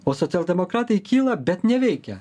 o socialdemokratai kyla bet neveikia